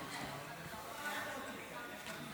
נראה אם זה לוקח עוד דקה או יותר מזה.